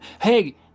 hey